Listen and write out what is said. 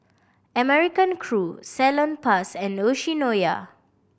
American Crew Salonpas and Yoshinoya